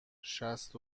شصت